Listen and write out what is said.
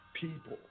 people